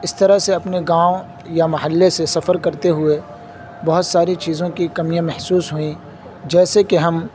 اس طرح سے اپنے گاؤں یا محلے سے سفر کرتے ہوئے بہت ساری چیزوں کی کمیاں محسوس ہوئیں جیسے کہ ہم